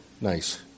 Nice